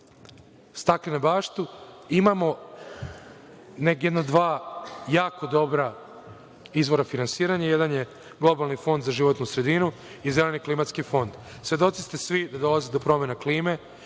staklenu baštu? Imamo dva jako dobra izvora finansiranja. Jedan je Globalni fond za životnu sredinu i Zeleni klimatski fond. Svedoci ste svi da dolazi do promena klima,